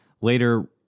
later